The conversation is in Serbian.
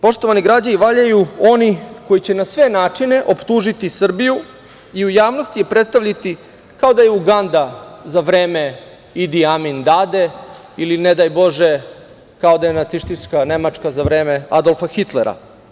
Poštovani građani, valjaju oni koji će na sve načine optužiti Srbiju i u javnosti je predstaviti kao da je Uganda za vreme Idi Amin Dade ili ne daj bože kao da je nacistička Nemačka za vreme Adolfa Hitlera.